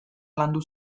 landu